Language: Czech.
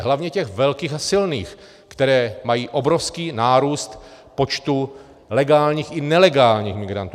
Hlavně těch velkých a silných, které mají obrovský nárůst počtu legálních i nelegálních migrantů.